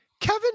Kevin